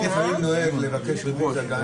האם הרביזיה תהיה בעוד חצי שעה?